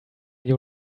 you